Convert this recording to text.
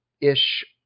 ish